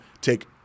take